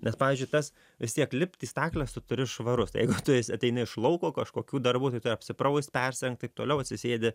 nes pavyzdžiui tas vis tiek lipt į stakles tu turi švarus tai jeigu tu esi ateini iš lauko kažkokių darbų tai tu apsipraust persirengt taip toliau atsisėdi